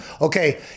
okay